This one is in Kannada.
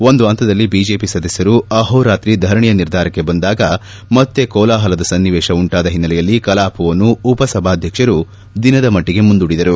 ಒಂದು ಹಂತದಲ್ಲಿ ಬಿಜೆಪಿ ಸದಸ್ದರು ಅಹೋರಾತ್ರಿ ಧರಣೆಯ ನಿರ್ಧಾರಕ್ಕೆ ಬಂದಾಗ ಮತ್ತೆ ಕೋಲಾಹಲದ ಸನ್ನಿವೇಶ ಉಂಟಾದ ಹಿನ್ನೆಲೆಯಲ್ಲಿ ಕಲಾಪವನ್ನು ಸಭಾಧ್ಯಕ್ಷರು ದಿನದ ಮಟ್ಟಿಗೆ ಮುಂದೂಡಿದರು